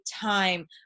time